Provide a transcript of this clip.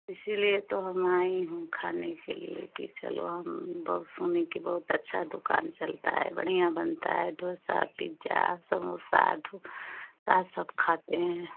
इसलिए तो हम आई हूँ खाने के लिए कि चलो हम बहुत सुने कि बहुत अच्छा दुकान चलता है बढ़िया बनता है डोसा पिज्जा समोसा ढु क्या सब खाते हैं